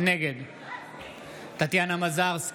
נגד טטיאנה מזרסקי,